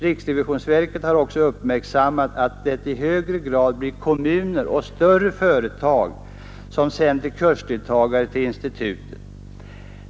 Riksrevisionsverket har också uppmärksammat att det i högre grad blir kommuner och större företag som sänder kursdeltagare till institutet.